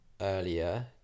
earlier